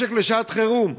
משק לשעת חירום.